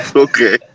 Okay